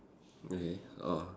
okay oh